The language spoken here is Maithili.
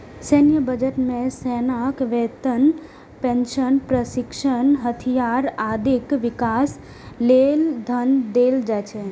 सैन्य बजट मे सेनाक वेतन, पेंशन, प्रशिक्षण, हथियार, आदिक विकास लेल धन देल जाइ छै